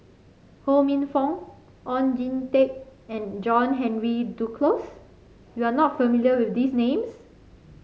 Ho Minfong Oon Jin Teik and John Henry Duclos you are not familiar with these names